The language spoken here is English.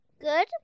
Good